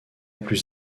plus